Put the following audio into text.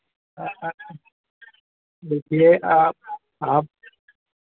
देखिए आप आप